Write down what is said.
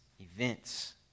events